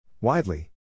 Widely